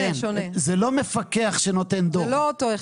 זה לא מפקח שנותן דוח.